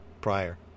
prior